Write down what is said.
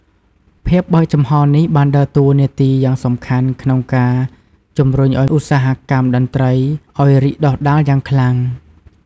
ភាពបើកចំហរនេះបានដើរតួនាទីយ៉ាងសំខាន់ក្នុងការ ជំរុញឱ្យឧស្សាហកម្មតន្ត្រីអោយរីកដុះដាលយ៉ាងខ្លាំង។